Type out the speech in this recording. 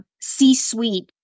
C-suite